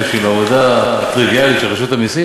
מה מקור השאילתה, אתה מוכן להסביר לי?